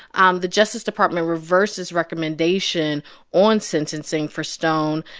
um the justice department reversed its recommendation on sentencing for stone.